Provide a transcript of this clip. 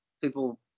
people